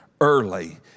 early